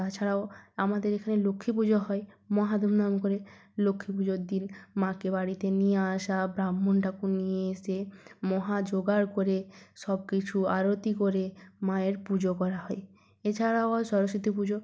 তাছাড়াও আমাদের এখানে লক্ষ্মী পুজো হয় মহা ধূমধাম করে লক্ষ্মী পুজোর দিন মাকে বাড়িতে নিয়ে আসা ব্রাহ্মণ ঠাকুর নিয়ে এসে মহা জোগাড় করে সবকিছু আরতি করে মায়ের পুজো করা হয় এছাড়াও হয় সরস্বতী পুজো